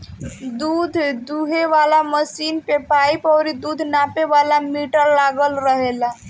दूध दूहे वाला मशीन में पाइप और दूध नापे वाला मीटर लागल रहेला